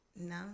No